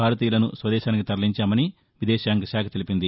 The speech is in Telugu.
భారతీయులను స్వదేశానికి తరలించామని విదేశాంగశాఖ తెలిపింది